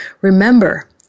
Remember